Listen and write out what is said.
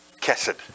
kesed